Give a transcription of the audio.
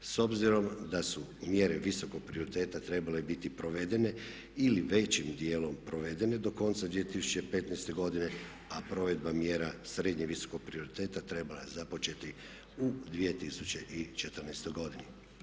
S obzirom da su mjeru visokog prioriteta trebale biti provedene ili većim djelom provedene do konca 2015.godine a provedba mjera srednje visokog prioriteta trebala je započeti u 2014.godini.